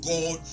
God